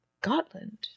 Gotland